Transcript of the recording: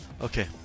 Okay